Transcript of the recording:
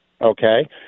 Okay